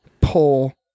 pull